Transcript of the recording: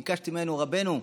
ביקשתי ממנו: רבנו,